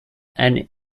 and